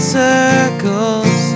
circles